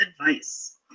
advice